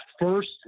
first